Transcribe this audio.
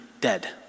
dead